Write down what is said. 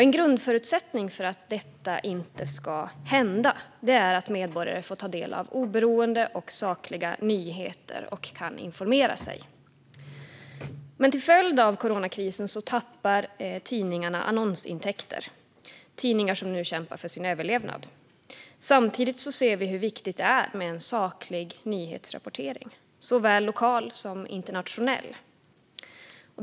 En grundförutsättning för att detta inte ska hända är att medborgare får ta del av oberoende och sakliga nyheter och kan informera sig. Till följd av coronakrisen tappar tidningarna annonsintäkter - tidningar som nu kämpar för sin överlevnad. Samtidigt ser vi hur viktigt det är med en saklig såväl lokal som internationell nyhetsrapportering.